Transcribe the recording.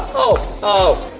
oh oh!